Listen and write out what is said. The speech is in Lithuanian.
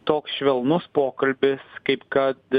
toks švelnus pokalbis kaip kad